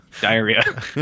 Diarrhea